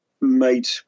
made